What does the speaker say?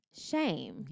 shame